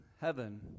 heaven